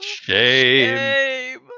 Shame